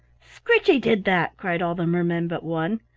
scritchy did that, cried all the mermen but one.